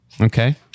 Okay